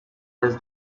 has